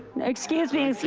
excuse me,